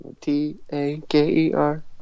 T-A-K-E-R